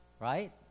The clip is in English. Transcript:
Right